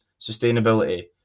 sustainability